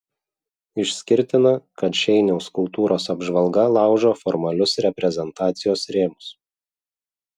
išskirtina kad šeiniaus kultūros apžvalga laužo formalius reprezentacijos rėmus